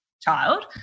child